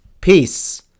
peace